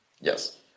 Yes